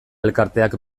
elkarteak